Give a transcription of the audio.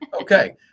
Okay